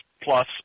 plus